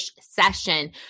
session